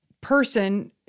person